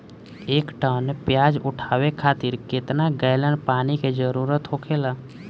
एक टन प्याज उठावे खातिर केतना गैलन पानी के जरूरत होखेला?